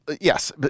Yes